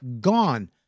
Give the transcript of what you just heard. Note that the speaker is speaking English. gone